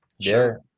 Sure